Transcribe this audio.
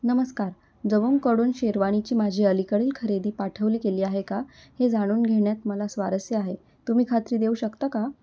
नमस्कार जवंगकडून शेरवानीची माझी अलीकडील खरेदी पाठवली गेली आहे का हे जाणून घेण्यात मला स्वारस्य आहे तुम्ही खात्री देऊ शकता का